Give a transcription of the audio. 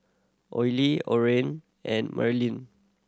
Oley Oran and Marilynn